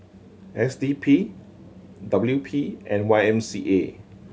S D P W P and Y M C A